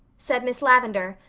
said miss lavendar,